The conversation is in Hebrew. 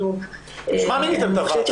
אני חושבת ש- -- בשביל מה מיניתם את הוועדה?